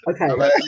Okay